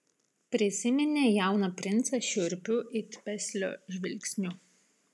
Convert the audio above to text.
prisiminė jauną princą šiurpiu it peslio žvilgsniu